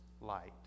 light